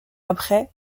après